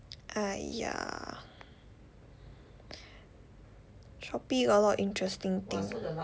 !aiya! Shopee got a lot of interesting thing